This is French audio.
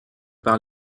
par